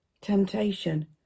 temptation